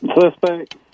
Suspect